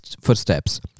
footsteps